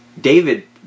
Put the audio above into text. David